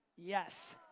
yes,